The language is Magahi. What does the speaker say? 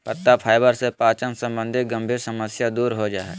पत्ता फाइबर से पाचन संबंधी गंभीर समस्या दूर हो जा हइ